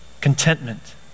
contentment